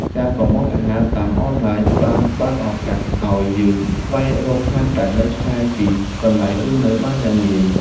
ការកុម្ម៉ង់អាហារតាមអនឡាញបានបើកឱកាសឱ្យយើងស្វែងរកហាងដែលនៅឆ្ងាយពីកន្លែងរស់នៅបានយ៉ាងងាយ។